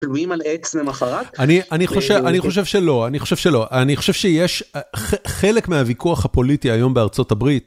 אני חושב שאני חושב שלא אני חושב שלא אני חושב שיש חלק מהוויכוח הפוליטי היום בארצות הברית.